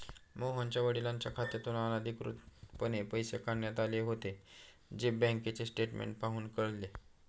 मोहनच्या वडिलांच्या खात्यातून अनधिकृतपणे पैसे काढण्यात आले होते, जे बँकेचे स्टेटमेंट पाहून कळले